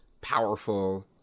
powerful